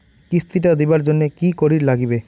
কিস্তি টা দিবার জন্যে কি করির লাগিবে?